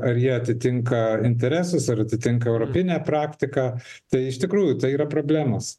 ar jie atitinka interesus ar atitinka europinę praktiką tai iš tikrųjų tai yra problemos